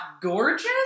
gorgeous